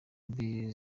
mbi